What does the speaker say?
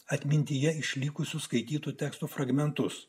atmintyje išlikusių skaitytų tekstų fragmentus